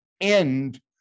end